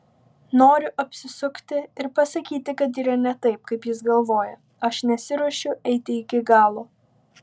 noriu apsisukti ir pasakyti kad yra ne taip kaip jis galvoja aš nesiruošiu eiti iki galo